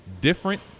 different